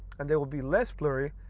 and they will be less blurry.